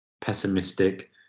pessimistic